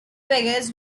vegas